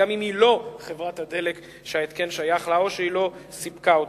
גם אם היא לא חברת הדלק שההתקן שייך לה או שהיא לא סיפקה אותו.